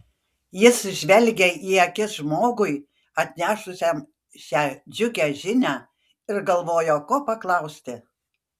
jis žvelgė į akis žmogui atnešusiam šią džiugią žinią ir galvojo ko paklausti